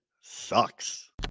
sucks